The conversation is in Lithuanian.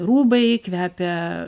rūbai kvepia